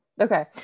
okay